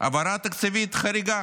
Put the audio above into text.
העברה תקציבית חריגה